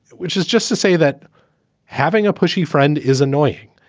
which is just to say that having a pushy friend is annoying,